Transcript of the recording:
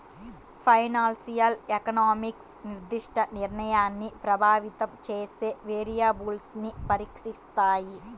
financial economics నిర్దిష్ట నిర్ణయాన్ని ప్రభావితం చేసే వేరియబుల్స్ను పరీక్షిస్తాయి